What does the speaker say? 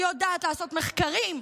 היא יודעת לעשות מחקרים.